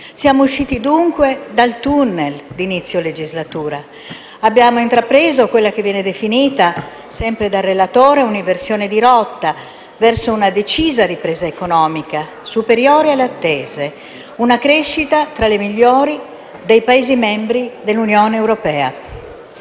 Siamo usciti, dunque, dal *tunnel* d'inizio legislatura. Abbiamo intrapreso quella che viene definita, sempre dal relatore, un'inversione di rotta verso una decisa ripresa economica superiore alle attese. La nostra è tra le migliori crescite dei Paesi membri dell'Unione europea,